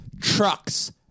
trucks